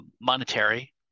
monetary